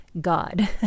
God